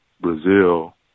Brazil